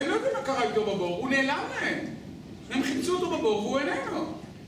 אני לא יודע מה קרה איתו בבור, הוא נעלם מהם הם חיפשו אותו בבור והוא איננו